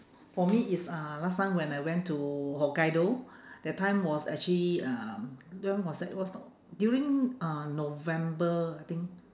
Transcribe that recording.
for me it's uh last time when I went to hokkaido that time was actually um when was that it was during uh november I think